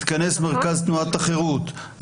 התכנס מרכז תנועת החרות,